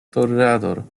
toreador